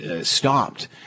stopped